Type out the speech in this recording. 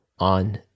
on